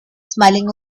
smiling